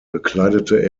bekleidete